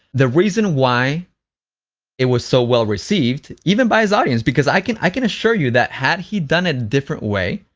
the reason why it was so well-received even by his audience because i can i can assure you that had he done a different way,